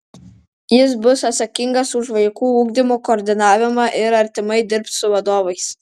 jis bus atsakingas už vaikų ugdymo koordinavimą ir artimai dirbs su vadovais